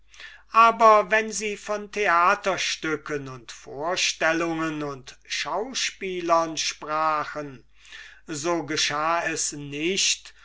aber wenn sie von theaterstücken und vorstellung und schauspielern sprachen so geschah es nicht